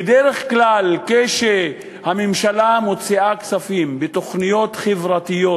בדרך כלל כשהממשלה מוציאה כספים בתוכניות חברתיות,